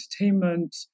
entertainment